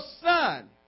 son